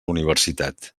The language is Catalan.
universitat